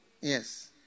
Yes